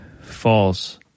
false